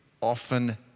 often